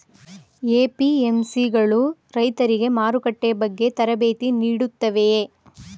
APMC ಗಳು ರೈತರಿಗೆ ಮಾರುಕಟ್ಟೆ ಬಗ್ಗೆ ತರಬೇತಿ ನೀಡುತ್ತವೆಯೇ?